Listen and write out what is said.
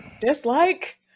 Dislike